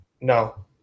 No